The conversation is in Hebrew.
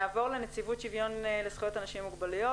נעבור לנציבות שוויון זכויות לאנשים עם מוגבלויות,